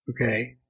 Okay